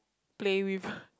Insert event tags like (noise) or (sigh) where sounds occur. play with (breath)